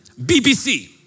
bbc